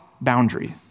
boundary